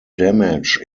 damage